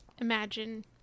imagine